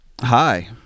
Hi